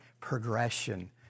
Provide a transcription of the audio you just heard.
progression